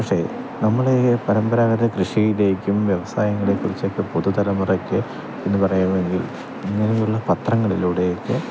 പക്ഷെ നമ്മളിങ്ങനെ പരമ്പരാഗത കൃഷിയിലേക്കും വ്യവസായങ്ങളെ കുറിച്ചൊക്കെ പുതിയ തലമുറയ്ക്ക് എന്ന് പറയാൻ വേണ്ടി ഇങ്ങനെയുള്ള പത്രങ്ങളിലൂടെ ഒക്കെ